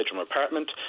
apartment